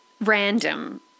random